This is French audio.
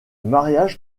mariage